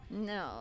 no